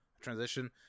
transition